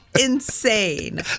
insane